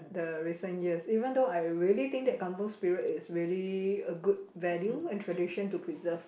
the recent years even though I really think that kampung spirit is really a good value and tradition to preserve